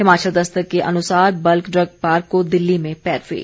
हिमाचल दस्तक के अनुसार bulk drug park को दिल्ली में पैरवी